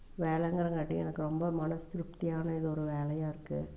வேலைங்கறங்காட்டி எனக்கு ரொம்ப மனது திருப்தியான இது ஒரு வேலையாக இருக்குது